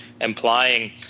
implying